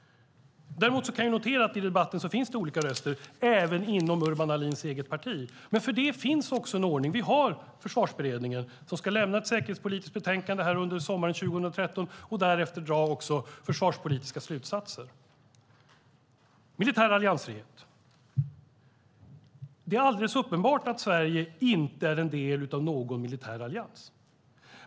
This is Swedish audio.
Däremot kan jag notera att det finns olika röster i debatten även inom Urban Ahlins eget parti. Men för detta finns också en ordning. Vi har Försvarsberedningen, som ska lämna ett säkerhetspolitiskt betänkande under sommaren 2013 och därefter dra försvarspolitiska slutsatser. När det gäller militär alliansfrihet är det alldeles uppenbart att Sverige inte är en del av någon militär allians.